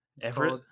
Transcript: Everett